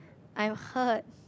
I'm hurt